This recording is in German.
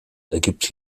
ergibt